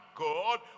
God